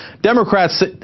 Democrats